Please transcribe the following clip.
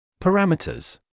Parameters